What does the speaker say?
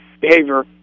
behavior